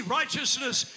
righteousness